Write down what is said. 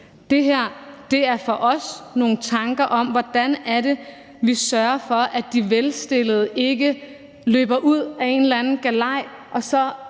Det her er for os nogle tanker om, hvordan det er, at vi sørger for, at de velstillede ikke løber ud ad et eller